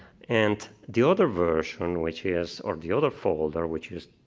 and the other version which is or the other folder which is